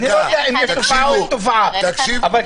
תקשיבו --- אני לא יודע אם יש תופעה או אין תופעה,